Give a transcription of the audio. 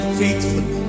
faithful